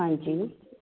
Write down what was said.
ਹਾਂਜੀ